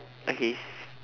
okay